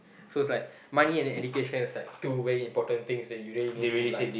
so it's like money and education is like two very important things that you really need in life